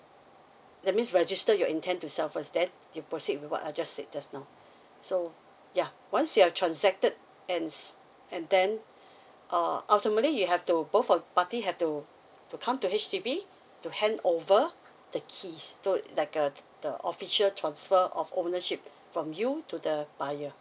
that means register your intend to sell first then you proceed with what I just said just now so ya once you're transacted ends and then uh ultimately you have to both of the parties have to to come to H_D_B to hand over the keys so like a the the official transfer of ownership from you to the buyer